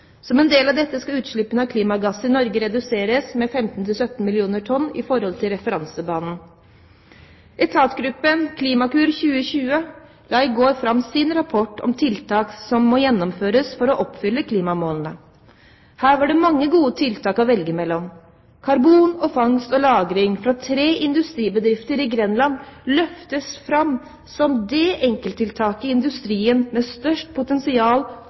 Som en del av dette skal utslippene av klimagasser i Norge reduseres med 15–17 mill. tonn i forhold til referansebanen. Etatsgruppen Klimakur 2020 la i går fram sin rapport om tiltak som må gjennomføres for å oppfylle klimamålene. Her var det mange gode tiltak å velge mellom. Karbonfangst og -lagring fra tre industribedrifter i Grenland løftes fram som det enkelttiltaket i industrien med størst potensial